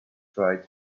tried